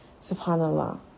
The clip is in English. Subhanallah